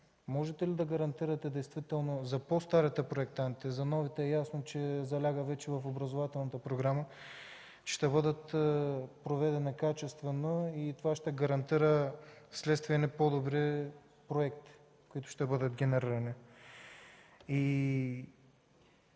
можете ли да гарантирате действително за по-старите проектанти, за новите е ясно, че това заляга вече в образователната програма, ще бъдат ли проведени качествено и това ще гарантира вследствие едни по-добри проекти, които ще бъдат генерирани?